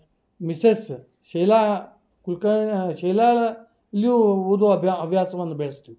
missus Sheela ಕುಲ್ಕ ಯ ಶೀಲಾಳಲ್ಲಿಯೂ ಓದುವ ಅಬ್ಯಾ ಹವ್ಯಾಸವನ್ನು ಬೆಳೆಸಿತು